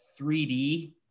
3D